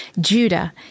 Judah